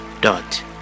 dot